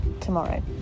tomorrow